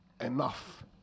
enough